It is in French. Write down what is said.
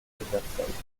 versailles